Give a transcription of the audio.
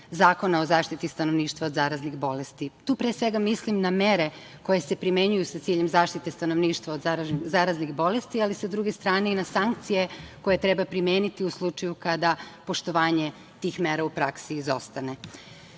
Zakona o zaštiti stanovništva od zaraznih bolesti. Tu pre svega mislim na mere koje se primenjuju sa ciljem zaštite stanovništva od zaraznih bolesti, ali sa druge stane i na sankcije koje treba primeniti u slučaju kada poštovanje tih mera u praksi izostane. Iako